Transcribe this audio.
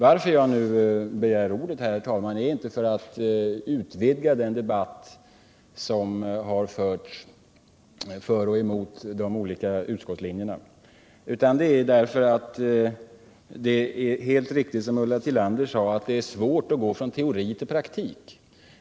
Att jag begärt ordet, herr talman, beror inte på att jag vill utvidga den debatt som har förts för och emot de olika utskottslinjerna. Jag har gjort det därför att det är helt riktigt som Ulla Tillander sade, att det är svårt att gå från teori till praktik.